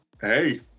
Hey